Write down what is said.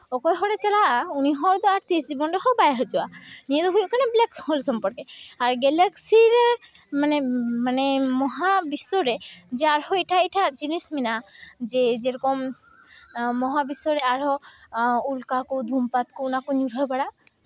ᱚᱠᱚᱭ ᱦᱚᱲᱮ ᱪᱟᱞᱟᱜᱼᱟ ᱩᱱᱤ ᱦᱚᱲ ᱫᱚ ᱟᱨ ᱛᱤᱥ ᱡᱤᱵᱚᱱ ᱨᱮᱦᱚᱸ ᱵᱟᱭ ᱦᱤᱡᱩᱜᱼᱟ ᱱᱤᱭᱟᱹ ᱫᱚ ᱦᱩᱭᱩᱜ ᱠᱟᱱᱟ ᱵᱞᱮᱠ ᱦᱳᱞ ᱥᱚᱢᱯᱚᱨᱠᱮ ᱟᱨ ᱜᱞᱟᱠᱥᱤ ᱨᱮ ᱢᱟᱱᱮ ᱢᱟᱱᱮ ᱢᱚᱦᱟ ᱵᱤᱥᱥᱚ ᱨᱮ ᱡᱮ ᱟᱨᱦᱚᱸ ᱮᱴᱟᱜ ᱮᱴᱟᱜ ᱡᱤᱱᱤᱥ ᱢᱮᱱᱟᱜᱼᱟ ᱡᱮ ᱡᱮᱨᱚᱠᱚᱢ ᱢᱚᱦᱟ ᱵᱤᱥᱥᱚ ᱨᱮ ᱟᱨᱦᱚᱸ ᱩᱞᱠᱟ ᱠᱚ ᱫᱷᱩᱢᱯᱟᱛ ᱠᱚ ᱚᱱᱟ ᱠᱚ ᱧᱩᱨᱦᱟᱹ ᱵᱟᱲᱟᱜᱼᱟ